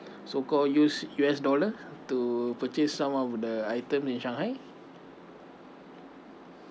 so called use U_S dollar to purchase some of the items in shanghai